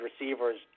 receivers